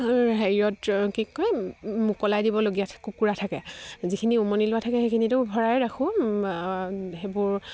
হেৰিয়ত কি কয় মোকলাই দিবলগীয়া কুকুৰা থাকে যিখিনি উমনি লোৱা থাকে সেইখিনিতো ভৰাই ৰাখোঁ সেইবোৰ